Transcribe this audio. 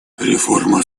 реформа